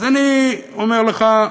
אז אני אומר לך: